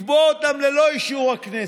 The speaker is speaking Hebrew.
לקבוע אותם ללא אישור הכנסת.